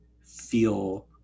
feel